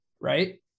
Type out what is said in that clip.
right